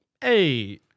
Hey